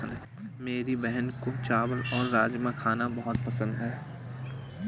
मेरी बहन को चावल और राजमा खाना बहुत पसंद है